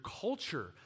culture